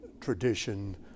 tradition